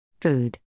Food